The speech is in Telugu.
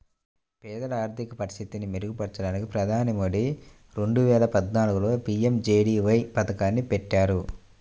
పేదల ఆర్థిక పరిస్థితిని మెరుగుపరచడానికి ప్రధాని మోదీ రెండు వేల పద్నాలుగులో పీ.ఎం.జే.డీ.వై పథకాన్ని పెట్టారు